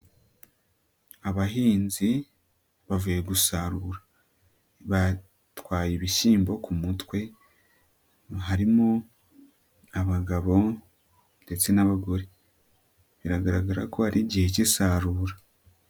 Abahinzi bavuye gusarura batwaye ibishyimbo ku mutwe, harimo abagabo ndetse n'abagore biragaragara ko ari igihe k'isarura.